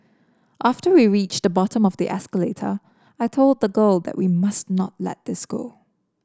after we reached the bottom of the escalator I told the girl that we must not let this go